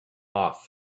off